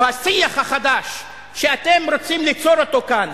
השיח החדש שאתם רוצים ליצור אותו כאן,